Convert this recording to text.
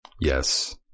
Yes